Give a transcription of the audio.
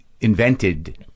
invented